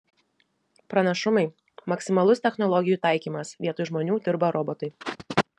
pranašumai maksimalus technologijų taikymas vietoj žmonių dirba robotai